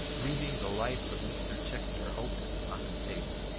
leaving the life of mr. ticknor open on the table,